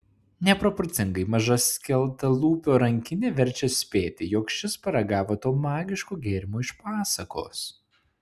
neproporcingai maža skeltalūpio rankinė verčia spėti jog šis paragavo to magiško gėrimo iš pasakos